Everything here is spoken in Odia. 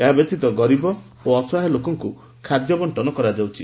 ଏହା ବ୍ୟତୀତ ଗରିବ ଓ ଅସହାୟ ଲୋକଙ୍କୁ ଖାଦ୍ୟବଶ୍କନ କରାଯାଉଛି